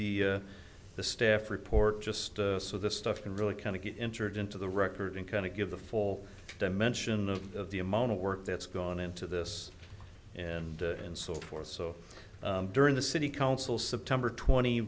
the the staff report just so this stuff can really kind of get entered into the record and kind of give the full dimension of the amount of work that's gone into this and and so forth so during the city council september twenty